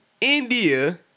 India